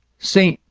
st.